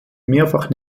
mehrfach